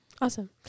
Awesome